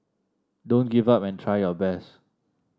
don't give up and try your best